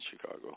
Chicago